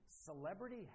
celebrity